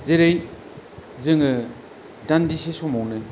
जेरै जोङो दान्दिसे समावनो